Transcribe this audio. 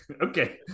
Okay